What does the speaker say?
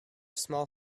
small